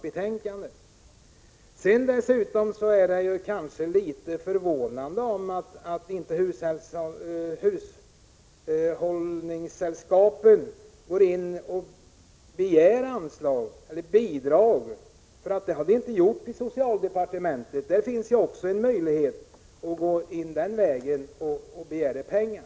Vidare är det kanske litet förvånande att hushållningssällskapen inte begär att få bidrag via socialdepartementet, för det finns ju en möjlighet att den vägen begära pengar.